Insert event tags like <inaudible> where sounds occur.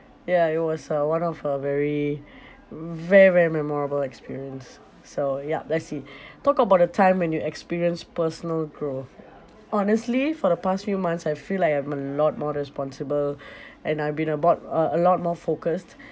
ya it was uh one of a very very very memorable experience so yup that's it talk about a time when you experienced personal growth honestly for the past few months I feel like I'm a lot more responsible <breath> and I've been about uh a lot more focused